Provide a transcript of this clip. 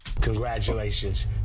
Congratulations